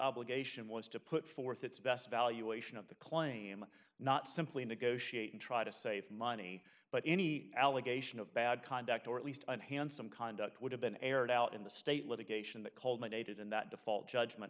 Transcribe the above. obligation was to put forth its best valuation of the claim not simply negotiate and try to save money but any allegation of bad conduct or at least unhandsome conduct would have been aired out in the state litigation that culminated in that default judgment